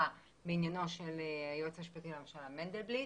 בעניינו של היועץ המשפטי לממשלה מנדלבליט